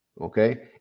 okay